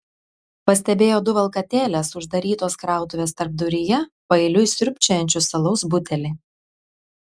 pastebėjo du valkatėles uždarytos krautuvės tarpduryje paeiliui siurbčiojančius alaus butelį